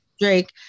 Drake